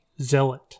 Zealot